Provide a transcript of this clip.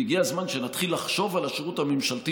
והגיע הזמן שנתחיל לחשוב על השירות הממשלתי